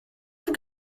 vous